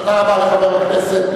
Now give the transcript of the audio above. תודה רבה לחבר הכנסת,